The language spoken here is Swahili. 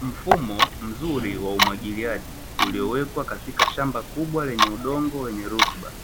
Mfumo mzuri wa umwagiliaji uliowekwa katika shamba kubwa lenye udongo wenye rutuba,